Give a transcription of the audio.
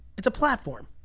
it's a platform.